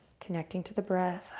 connecting to the breath.